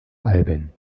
alben